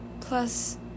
Plus